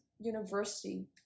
university